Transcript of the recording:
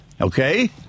okay